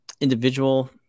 individual